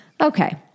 Okay